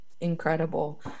Incredible